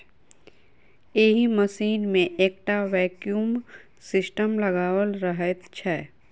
एहि मशीन मे एकटा वैक्यूम सिस्टम लगाओल रहैत छै